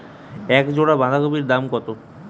এক জোড়া বাঁধাকপির দাম কত?